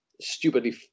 stupidly